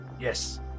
yes